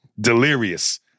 delirious